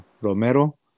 Romero